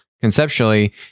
conceptually